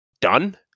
done